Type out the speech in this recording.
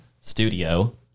studio